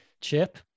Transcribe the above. Chip